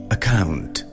Account